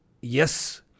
yes